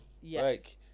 Yes